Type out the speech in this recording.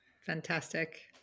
Fantastic